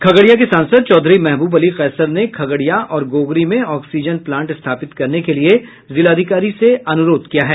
खगड़िया के सांसद चौधरी महबूब अली कैसर ने खगड़िया और गोगरी में ऑक्सीजन प्लांट स्थापित करने के लिये जिलाधिकारी से अनुरोध किया है